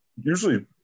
usually